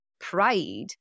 pride